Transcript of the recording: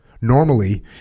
Normally